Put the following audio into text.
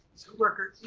rucker,